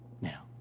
Now